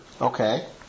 okay